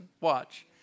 Watch